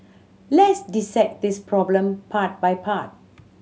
let's dissect this problem part by part